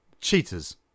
cheaters